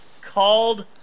called